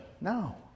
No